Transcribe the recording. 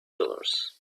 dollars